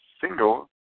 single